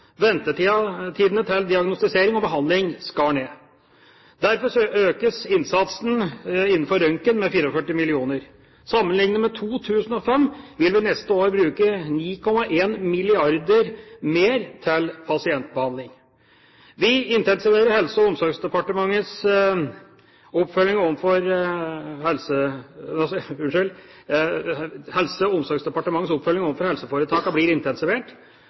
pst. Ventetidene til diagnostisering og behandling skal ned. Derfor økes innsatsen innenfor røntgen med 44 mill. kr. Sammenlignet med 2005 vil vi neste år bruke 9,1 mrd. kr mer til pasientbehandling. Helse- og omsorgsdepartementets oppfølging overfor helseforetakene blir intensivert.